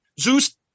zeus